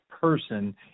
person